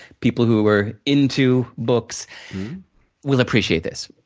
people who are into books will appreciate this.